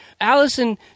Allison